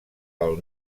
pel